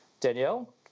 Danielle